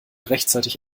rechtzeitig